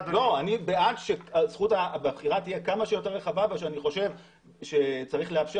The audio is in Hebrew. בעד שהבחירה תהיה כמה שיותר רחבה ואני חושב שצריך לאפשר